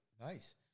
Nice